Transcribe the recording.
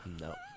No